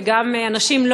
וגם אנשים,